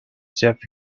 jeff